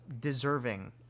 deserving